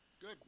Good